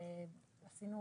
עשינו